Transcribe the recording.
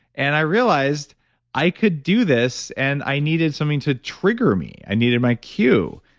and i realized i could do this and i needed something to trigger me. i needed my cue.